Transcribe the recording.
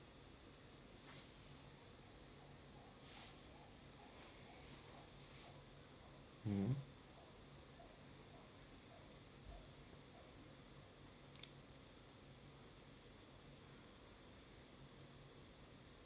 hmm